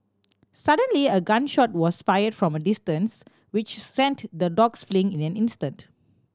suddenly a gun shot was fired from a distance which sent the dogs fleeing in an instant